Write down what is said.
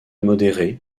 modéré